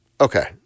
Okay